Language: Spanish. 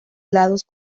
lados